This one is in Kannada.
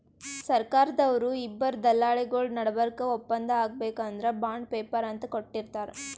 ಸರ್ಕಾರ್ದವ್ರು ಇಬ್ಬರ್ ದಲ್ಲಾಳಿಗೊಳ್ ನಡಬರ್ಕ್ ಒಪ್ಪಂದ್ ಆಗ್ಬೇಕ್ ಅಂದ್ರ ಬಾಂಡ್ ಪೇಪರ್ ಅಂತ್ ಕೊಟ್ಟಿರ್ತಾರ್